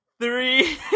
three